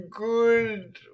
good